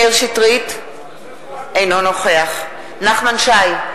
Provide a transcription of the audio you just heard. אינו נוכח נחמן שי,